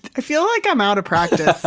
i feel like i'm out of practice.